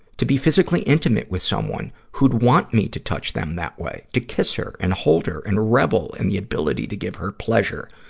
to be physically intimate with someone who'd want me to touch them that way, to kiss her and hold her and revel in the ability to give her pleasure,